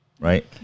right